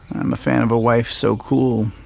i'm a fan of a wife so cool,